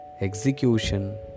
execution